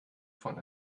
von